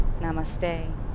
namaste